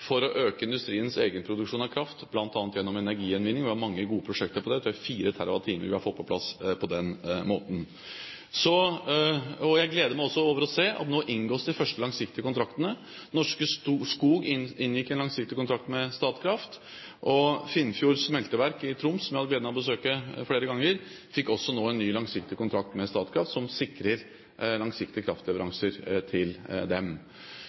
for å øke industriens egenproduksjon av kraft, bl.a. gjennom energigjenvinning. Vi har mange gode prosjekter på det. Jeg tror det er 4 TWh vi har fått på plass på den måten. Jeg gleder meg også over å se at nå inngås de første langsiktige kontraktene. Norske Skog inngikk en langsiktig kontrakt med Statkraft. Finnfjord smelteverk i Troms, som jeg har hatt gleden av å besøke flere ganger, fikk nå en ny langsiktig kontrakt med Statkraft, som sikrer dem langsiktige kraftleveranser. Så vil jeg føye til